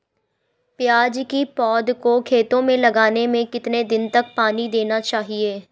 प्याज़ की पौध को खेतों में लगाने में कितने दिन तक पानी देना चाहिए?